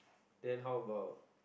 then how about